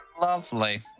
lovely